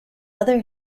other